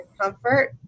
comfort